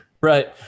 right